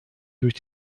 durch